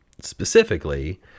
specifically